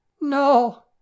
No